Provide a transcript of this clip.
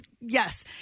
Yes